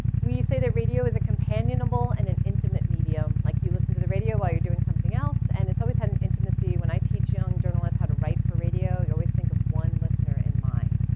we say that radio is a companionable and an intimate medium, like you listen to the radio while you're doing something else. and it's always had intimacy, when i teach young journalists how to write for radio, i always think of one listener in mind.